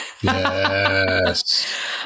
Yes